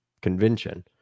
convention